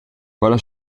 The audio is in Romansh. quella